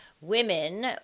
Women